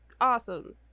Awesome